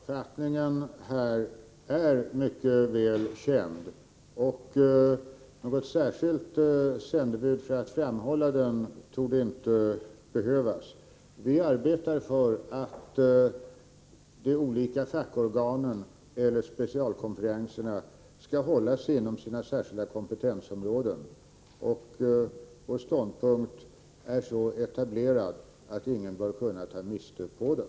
Fru talman! Jag tror att den svenska uppfattningen på denna punkt är mycket väl känd. Något särskilt sändebud för att framhålla den torde inte behövas. Vi arbetar för att de olika fackorganen eller specialkonferenserna skall hålla sig inom sina särskilda kompetensområden. Vår ståndpunkt är så etablerad att ingen bör kunna ta miste på den.